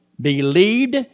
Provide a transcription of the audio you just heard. believed